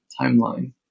timeline